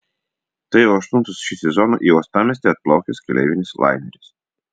tai jau aštuntas šį sezoną į uostamiestį atplaukęs keleivinis laineris